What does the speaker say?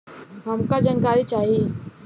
हमका जानकारी चाही?